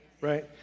right